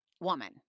woman